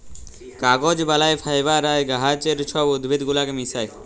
কাগজ বালায় ফাইবার আর গাহাচের ছব উদ্ভিদ গুলাকে মিশাঁয়